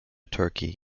turkey